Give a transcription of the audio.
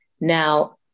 now